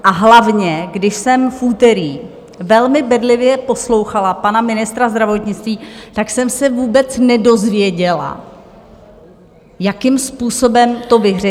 A hlavně, když jsem v úterý velmi bedlivě poslouchala pana ministra zdravotnictví, tak jsem se vůbec nedozvěděla, jakým způsobem to vyřeší.